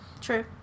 True